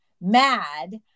mad